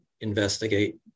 investigate